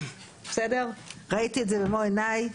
ראיתי את זה במו-עיניי.